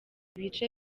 ibice